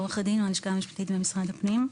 עורכת דין מהלשכה המשפטית במשרד הפנים.